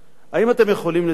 האם אתם יכולים לציין,